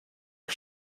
que